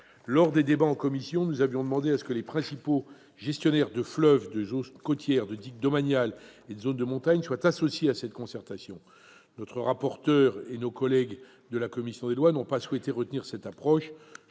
Lors des débats en commission, nous avions demandé que les principaux gestionnaires de fleuves, de zones côtières, de digues domaniales et de zones de montagne soient associés à cette concertation. M. le rapporteur et nos collègues de la commission des lois n'ont pas souhaité retenir cette approche.